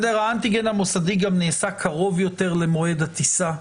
האנטיגן המוסדי גם נעשה קרוב יותר למועד הטיסה.